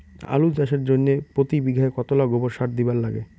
আলু চাষের জইন্যে প্রতি বিঘায় কতোলা গোবর সার দিবার লাগে?